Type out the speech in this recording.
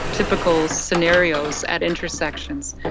typical scenarios at intersections.